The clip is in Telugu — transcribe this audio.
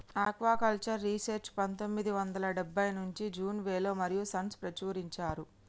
ఆక్వాకల్చర్ రీసెర్చ్ పందొమ్మిది వందల డెబ్బై నుంచి జాన్ విలే మరియూ సన్స్ ప్రచురించారు